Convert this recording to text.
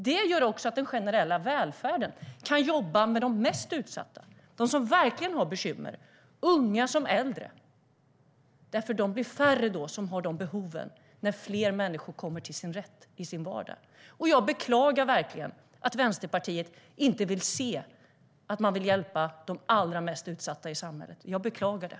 Det gör också att den generella välfärden kan jobba med de mest utsatta, jobba med dem som verkligen har bekymmer, unga som äldre, eftersom de som har dessa behov blir färre när fler människor kommer till sin rätt i sin vardag. Jag beklagar verkligen att Vänsterpartiet inte vill se att man vill hjälpa de allra mest utsatta i samhället. Jag beklagar det.